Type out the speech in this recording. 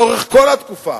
לאורך כל התקופה